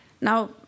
Now